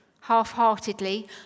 half-heartedly